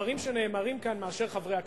לדברים שנאמרים כאן מאשר חברי הכנסת,